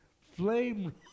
Flame